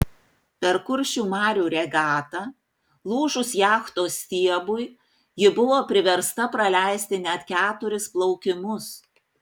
per kuršių marių regatą lūžus jachtos stiebui ji buvo priversta praleisti net keturis plaukimus